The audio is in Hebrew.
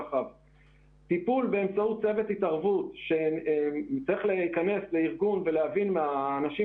טיפול באמצעות צוות התערבות שצריך להיכנס לארגון ולהבין מהאנשים